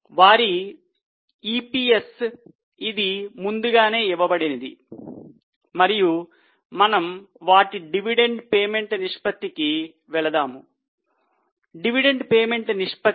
వారి EPS ఇది ముందుగానే ఇవ్వబడినది మరియు మనము వాటి డివిడెండ్ పేమెంట్ నిష్పత్తి కి వెళదాము డివిడెండ్ పేమెంట్ నిష్పత్తి